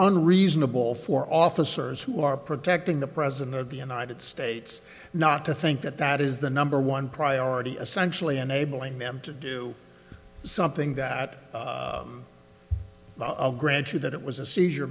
unreasonable for officers who are protecting the president of the united states not to think that that is the number one priority essentially enabling them to do something that i'll grant you that it was a seizure